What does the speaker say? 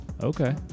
Okay